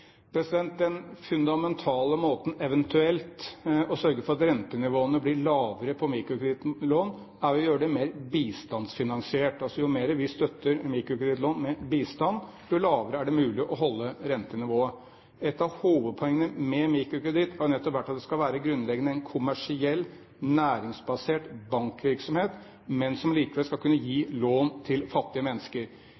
Den fundamentale måten eventuelt å sørge for at rentenivået innen mikrokredittlån blir lavere på, er å gjøre det mer bistandsfinansiert. Altså, jo mer vi støtter mikrokredittlån med bistand, jo lavere er det mulig å holde rentenivået. Et av hovedpoengene med mikrokreditt har nettopp vært at det skal være en grunnleggende kommersiell, næringsbasert bankvirksomhet, men som likevel skal kunne gi